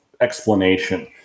explanation